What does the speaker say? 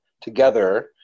together